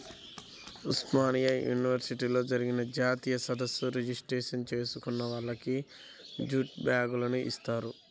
ఉస్మానియా యూనివర్సిటీలో జరిగిన జాతీయ సదస్సు రిజిస్ట్రేషన్ చేసుకున్న వాళ్లకి జూటు బ్యాగుని ఇచ్చారు